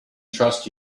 trust